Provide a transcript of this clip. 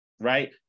right